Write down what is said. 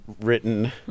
written